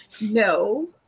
No